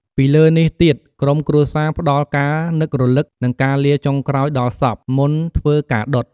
ពីលើនេះទៀតក្រុមគ្រួសារផ្ដល់ការនឹករលឹកនិងការលាចុងក្រោយដល់សព មុនធ្វើការដុត។